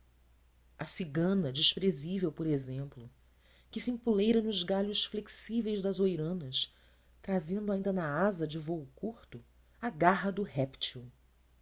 a cigana desprezível por exemplo que se empoleira nos galhos flexíveis das oiranas trazendo ainda na asa de vôo curto a garra do